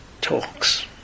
talks